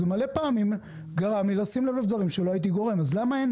זה הרבה פעמים גרם לו לשים לב לדברים שלא הייתי קודם שם לב.